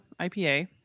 IPA